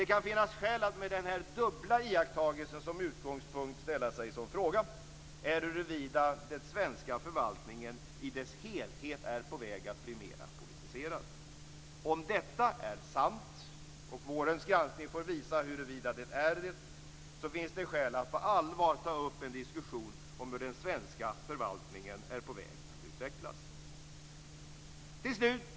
Det kan finnas skäl att med denna dubbla iakttagelse som utgångspunkt ställa sig som fråga huruvida den svenska förvaltningen som helhet håller på att bli mer politiserad. Om detta är sant, och vårens granskning får visa huruvida det är det, finns det skäl att på allvar ta upp en diskussion om hur den svenska förvaltningen är på väg att utvecklas. Herr talman!